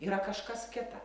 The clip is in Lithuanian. yra kažkas kita